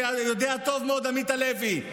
ויודע טוב מאוד עמית הלוי,